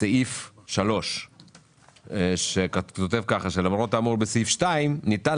סעיף 3 שכותב כך: "למרות האמור בסעיף 2 ניתן